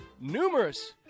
numerous